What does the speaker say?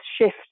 shift